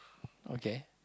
okay